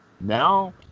Now